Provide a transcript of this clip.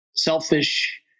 Selfish